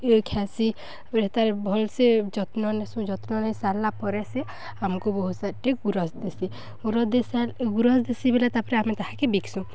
ଇଏ ଖାଏସି ତା'ପରେ ତାର୍ ଭଲ୍ସେ ଯତ୍ନ ନେସୁଁ ଯତ୍ନ ନେଇ ସାର୍ଲା ପରେ ସେ ଆମ୍କୁ ବହୁତ ସାରାଟେ ଗୁରସ୍ ଦେସି ଗୁରସ୍ ଦେଇା ଗୁରସ୍ ଦେସିି ବେଲେ ତା'ପରେ ଆମେ ତାହାକେ ବିକ୍ସୁଁ